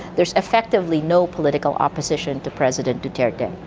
there's effectively no political opposition to president duterte.